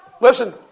Listen